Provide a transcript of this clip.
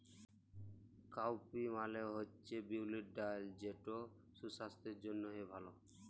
cowpea মালে হছে বিউলির ডাল যেট সুসাস্থের জ্যনহে ভাল